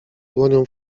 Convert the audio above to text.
dłonią